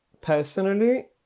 Personally